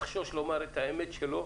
יחשוש לומר את האמת שלו,